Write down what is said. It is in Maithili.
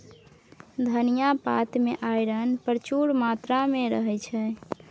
धनियाँ पात मे आइरन प्रचुर मात्रा मे रहय छै